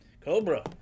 Cobra